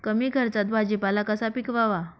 कमी खर्चात भाजीपाला कसा पिकवावा?